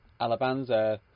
Alabanza